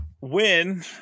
win